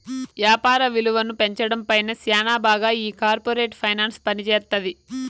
యాపార విలువను పెంచడం పైన శ్యానా బాగా ఈ కార్పోరేట్ ఫైనాన్స్ పనిజేత్తది